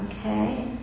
Okay